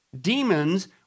Demons